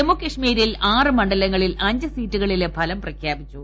ജമ്മുകാശ്മീരിൽ ആറ്റ് മണ്ഡലങ്ങളിൽ അഞ്ച് സീറ്റുകളിലെ ഫലം പ്രഖ്യാപിച്ചു